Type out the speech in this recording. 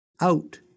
out